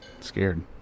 Scared